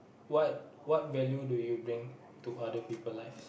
what what value do you bring to other people life